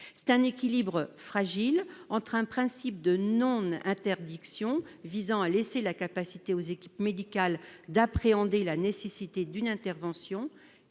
un équilibre fragile entre un principe de non-interdiction, visant à laisser la capacité aux équipes médicales d'appréhender la nécessité d'une intervention,